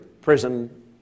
prison